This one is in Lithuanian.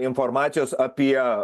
informacijos apie